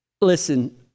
Listen